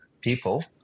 people